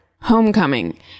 Homecoming